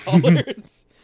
dollars